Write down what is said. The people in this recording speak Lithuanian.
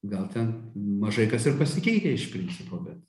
gal ten mažai kas ir pasikeitę iš principo bet